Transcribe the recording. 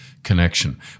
Connection